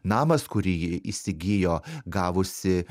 namas kurį ji įsigijo gavusi